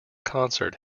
concert